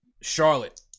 Charlotte